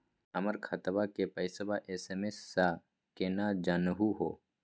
हमर खतवा के पैसवा एस.एम.एस स केना जानहु हो?